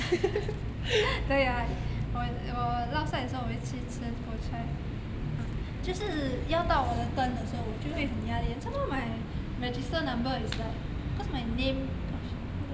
对啊我我 lao sai 的时候我会吃 po chai ah 就是要到我的 turn 的时候我就会很压力 somehow my register number is like cause my name oh shit